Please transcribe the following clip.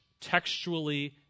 textually